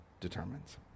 determines